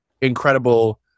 incredible